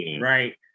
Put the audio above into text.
Right